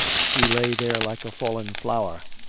she lay there like a fallen flower,